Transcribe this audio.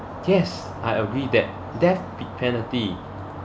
yes I agree that death penalty